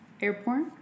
airport